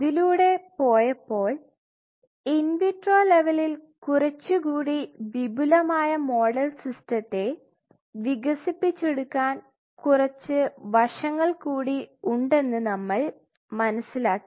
അതിലൂടെ പോയപ്പോൾ in vitro ലെവലിൽ കുറച്ചുകൂടി വിപുലമായ മോഡൽ സിസ്റ്റത്തെ വികസിപ്പിച്ച് എടുക്കാൻ കുറച്ച് വശങ്ങൾ കൂടി ഉണ്ടെന്ന് നമ്മൾ മനസ്സിലാക്കി